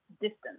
distance